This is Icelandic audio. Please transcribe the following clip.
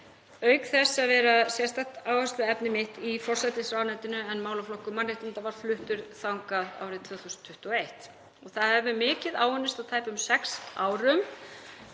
auk þess að vera sérstakt áhersluefni mitt í forsætisráðuneytinu en málaflokkur mannréttinda var fluttur þangað árið 2021. Það hefur mikið áunnist á tæpum sex árum.